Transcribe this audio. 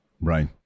Right